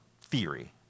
theory